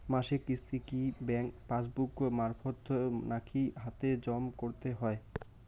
মাসিক কিস্তি কি ব্যাংক পাসবুক মারফত নাকি হাতে হাতেজম করতে হয়?